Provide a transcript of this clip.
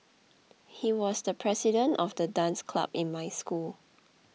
he was the president of the dance club in my school